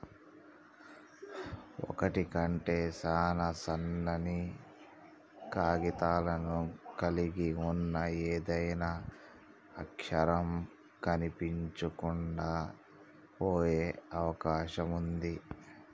ఒకటి కంటే సాన సన్నని కాగితాలను కలిగి ఉన్న ఏదైనా అక్షరం కనిపించకుండా పోయే అవకాశం ఉంది